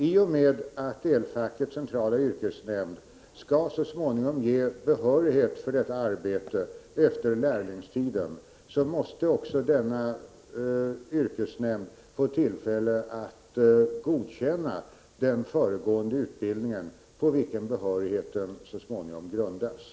I och med att Elfackets centrala yrkesnämnd skall ge behörighet för detta arbete efter lärlingstiden måste också denna yrkesnämnd få tillfälle att godkänna den föregående utbildningen, på vilken behörigheten så småningom grundas.